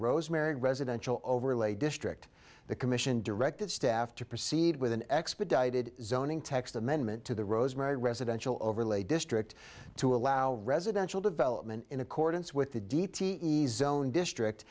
rosemary residential overlay district the commission directed staff to proceed with an expedited zoning text amendment to the rosemary residential overlay district to allow residential development in accordance with the d